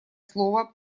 слово